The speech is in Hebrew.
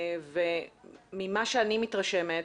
ממה שאני מתרשמת,